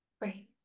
Right